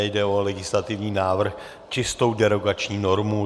Jde o legislativní návrh, čistou derogační normu.